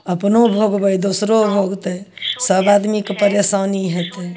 अपनो भोगबै दोसरो भोगतै सब आदमीके परेशानी हेतै